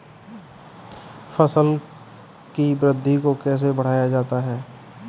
फसल की वृद्धि को कैसे बढ़ाया जाता हैं?